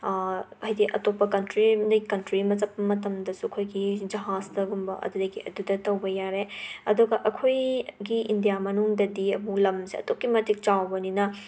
ꯍꯥꯏꯗꯤ ꯑꯇꯣꯞꯄ ꯀꯟꯇ꯭ꯔꯤ ꯑꯃꯗꯒꯤ ꯀꯟꯇ꯭ꯔꯤ ꯑꯃꯗ ꯆꯠꯄ ꯃꯇꯝꯗꯁꯨ ꯑꯩꯈꯣꯏꯒꯤ ꯖꯍꯥꯁꯇꯒꯨꯝꯕ ꯑꯗꯨꯗꯒꯤ ꯑꯗꯨꯗ ꯇꯧꯕ ꯌꯥꯔꯦ ꯑꯗꯨꯒ ꯑꯩꯈꯣꯏꯒꯤ ꯏꯟꯗꯤꯌꯥ ꯃꯅꯨꯡꯗꯗꯤ ꯑꯃꯨꯛ ꯂꯝꯁꯦ ꯑꯗꯨꯛꯀꯤ ꯃꯇꯤꯛ ꯆꯥꯎꯕꯅꯤꯅ